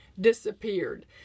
disappeared